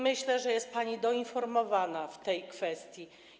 Myślę, że jest pani doinformowana w tej kwestii.